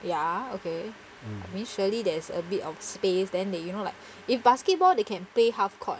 ya okay I mean surely there's a bit of space then they you know like if basketball they can pay half court